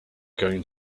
going